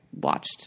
watched